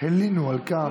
הלינו על כך.